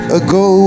ago